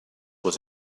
was